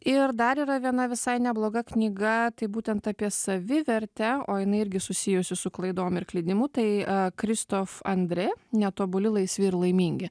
ir dar yra viena visai nebloga knyga tai būtent apie savivertę o jinai irgi susijusi su klaidom ir klydimu tai kristof andrė netobuli laisvi ir laimingi